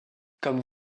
comme